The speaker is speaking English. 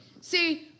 See